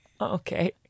Okay